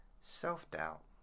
self-doubt